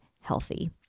healthy